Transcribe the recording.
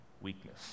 weakness